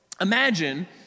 Imagine